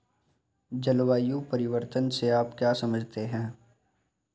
जलवायु परिवर्तन से आप क्या समझते हैं?